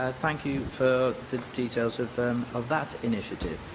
ah thank you for the details of um of that initiative.